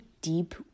deep